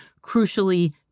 crucially